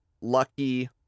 lucky